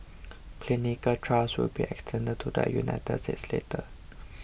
clinical trials will be extended to the United States later